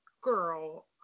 girl